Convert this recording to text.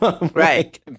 right